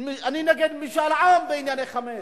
אני נגד משאל עם בענייני חמץ.